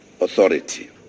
authority